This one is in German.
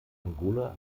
angola